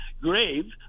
grave